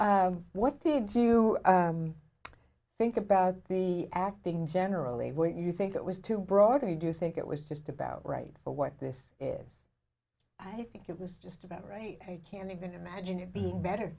hahaha what did you think about the acting generally what you think it was too broadly do you think it was just about right for what this is i think it was just about right i can't even imagine it being better